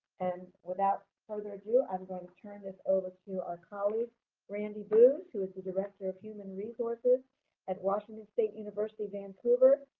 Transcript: and without further ado, i'm going to turn this over our colleague randy boose, who is the director of human resources at washington state university, vancouver,